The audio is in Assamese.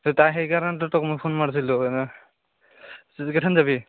তাৰ সেইকাৰণেটো তোক মই ফোন মাৰছিলোঁ কেথেন যাবি